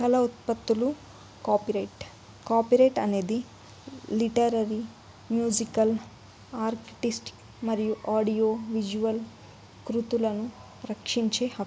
కళ ఉత్పత్తులు copyright copyright అనేది లిటరరీ మ్యూజికల్ ఆర్కిటెక్ట్ మరియు ఆడియో విజువల్ కృతులను రక్షించే హక్కు